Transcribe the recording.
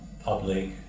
public